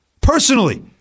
personally